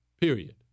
period